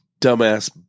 dumbass